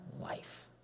life